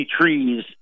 trees